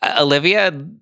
Olivia